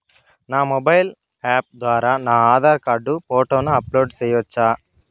నా mobile app ద్వారా నా ఆధార్ కార్డు ఫోటోను అప్లోడ్ సేయొచ్చా?